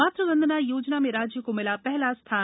मातृवंदना योजना में राज्य को मिला पहला स्थान